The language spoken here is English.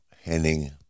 Henning